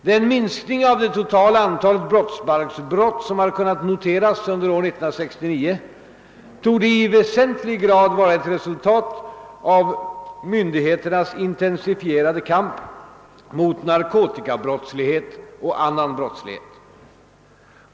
Den minskning av det totala antalet brottsbalksbrott som har kunnat noteras under år 1969 torde i väsentlig grad vara ett resultat av myndigheternas intensifierade kamp mot narkotikabrottslighet och annan brottslighet.